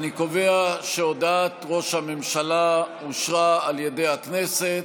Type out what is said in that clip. אני קובע שהודעת ראש הממשלה אושרה על ידי הכנסת.